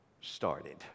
started